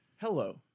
Hello